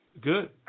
Good